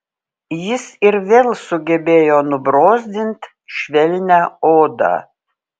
jis ir vėl sugebėjo nubrozdint švelnią odą